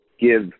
give